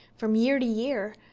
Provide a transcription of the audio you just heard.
from year to year,